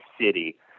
City